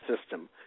system